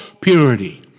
purity